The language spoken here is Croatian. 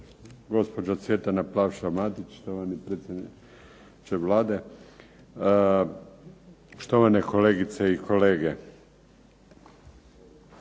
gospođo Cvjetana Plavša Matić, štovani predsjedniče Vlade, štovane kolegice i kolege.